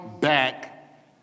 back